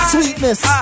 Sweetness